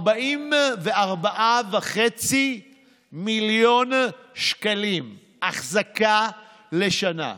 44 מיליון וחצי שקלים אחזקה לשנה.